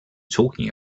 talking